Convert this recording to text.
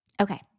Okay